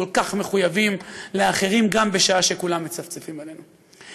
כל כך מחויבים לאחרים גם בשעה שכולם מצפצפים עלינו.